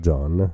John